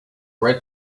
red